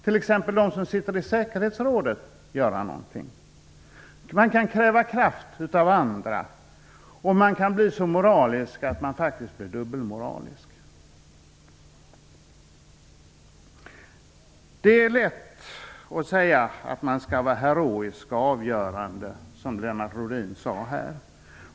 t.ex. de som sitter i säkerhetsrådet, göra någonting? Man kan kräva kraft av andra, och man kan bli moralisk att det faktiskt blir dubbelmoral. Det är lätt att säga att man skall vara heroisk och avgörande, som Lennart Rohdin sade här.